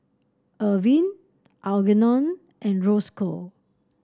Irvin Algernon and Rosco